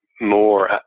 more